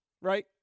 Right